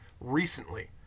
recently